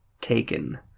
Taken